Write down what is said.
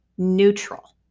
neutral